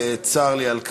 צר לי על כך,